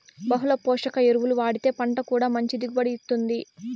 బహుళ పోషక ఎరువులు వాడితే పంట కూడా మంచి దిగుబడిని ఇత్తుంది